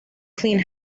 clean